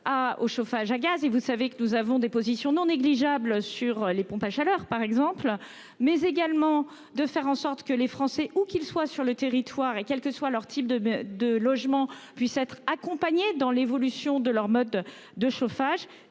au chauffage à gaz et vous savez que nous avons des positions non négligeables sur les pompes à chaleur par exemple mais également de faire en sorte que les Français où qu'il soit sur le territoire et quel que soit leur type de de logements puisse être accompagnées dans l'évolution de leur mode de chauffage